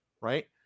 right